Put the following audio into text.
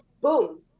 boom